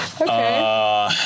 Okay